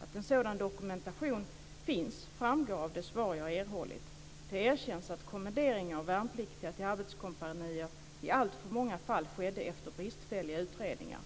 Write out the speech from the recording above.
Att en sådan dokumentation finns framgår av det svar jag erhållit. Det erkänns att kommenderingen av värnpliktiga till arbetskompanier i alltför många fall skedde efter bristfälliga utredningar.